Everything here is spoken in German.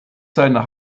seine